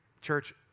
Church